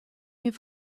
have